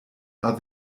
are